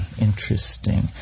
interesting